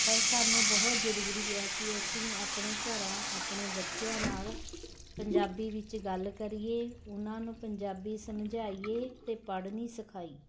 ਪਰ ਸਾਨੂੰ ਬਹੁਤ ਜ਼ਰੂਰੀ ਹੈ ਕਿ ਅਸੀਂ ਆਪਣੇ ਘਰਾਂ ਆਪਣੇ ਬੱਚਿਆਂ ਨਾਲ਼ ਪੰਜਾਬੀ ਵਿੱਚ ਗੱਲ ਕਰੀਏ ਉਨ੍ਹਾਂ ਨੂੰ ਪੰਜਾਬੀ ਸਮਝਾਈਏ ਅਤੇ ਪੜ੍ਹਨੀ ਸਿਖਾਈ